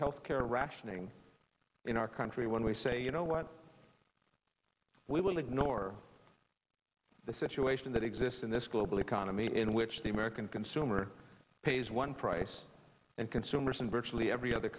health care rationing in our country when we say you know what we will ignore the situation that exists in this global economy in which the american consumer pays one price and consumers in virtually every other